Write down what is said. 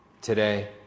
today